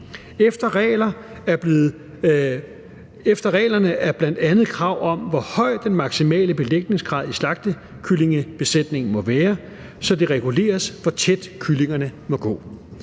Efter reglerne er der bl.a. krav om, hvor høj den maksimale belægningsgrad i slagtekyllingebesætningen må være, så det reguleres, hvor tæt kyllingerne må gå.